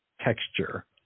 texture